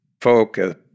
focus